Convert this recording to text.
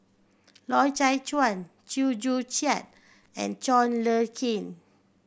Loy Chye Chuan Chew Joo Chiat and John Le Cain